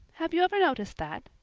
have you ever noticed that?